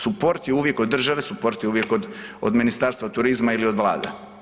Suport je uvijek od države, suport je uvijek od, od Ministarstva turizma ili od vlade.